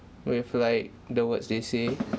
with like the words they say